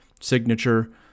signature